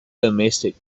domestic